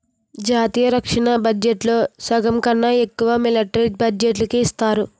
జాతీయ రక్షణ బడ్జెట్లో సగంకన్నా ఎక్కువ మిలట్రీ బడ్జెట్టుకే ఇస్తారు